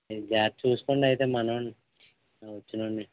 జాగ్రత్త చూసుకోండి అయితే మనోడ్ని వచ్చినోడ్ని